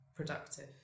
productive